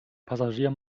passagier